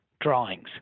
drawings